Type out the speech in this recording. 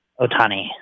Otani